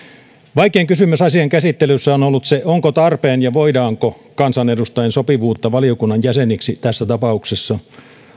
vaikein kysymys asian käsittelyssä on on ollut se onko tarpeen ja voidaanko kansanedustajien sopivuutta valiokunnan jäseniksi tässä tapauksessa